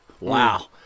Wow